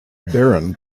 baron